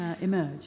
emerge